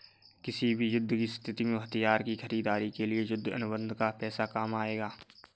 किसी भी युद्ध की स्थिति में हथियार की खरीदारी के लिए युद्ध अनुबंध का पैसा काम आएगा